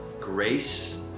Grace